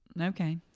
okay